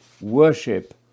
worship